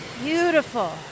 Beautiful